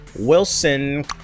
Wilson